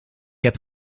heb